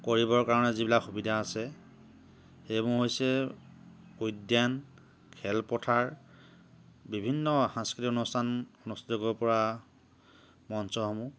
কৰিবৰ কাৰণে যিবিলাক সুবিধা আছে সেইসমূহ হৈছে উদ্যান খেলপথাৰ বিভিন্ন সংস্কৃতিক অনুষ্ঠান অনুষ্ঠিত কৰিব পৰা মঞ্চসমূহ